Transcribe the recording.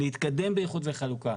להתקדם באיחוד וחלוקה,